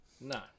No